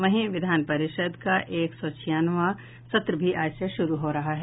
वहीं विधान परिषद का एक सौ छियानवां सत्र भी आज से शुरू हो रहा है